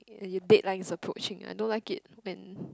the deadline is approaching I don't like it then